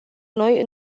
noi